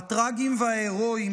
הטרגיים וההירואיים,